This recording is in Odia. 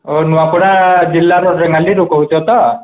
ଓ ନୂଆପଡ଼ା ଜିଲ୍ଲାରୁ ରେଙ୍ଗାଲିରୁ କହୁଚ୍ଛ ତ